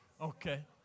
Okay